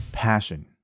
passion